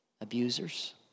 abusers